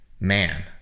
man